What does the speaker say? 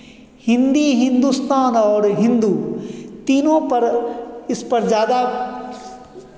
हिन्दी हिंदुस्तान और हिन्दू तीनों पर इस पर ज़्यादा